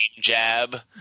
jab